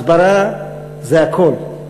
הסברה זה הכול,